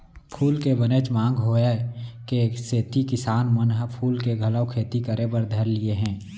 फूल के बनेच मांग होय के सेती किसान मन ह फूल के घलौ खेती करे बर धर लिये हें